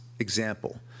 Example